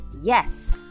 yes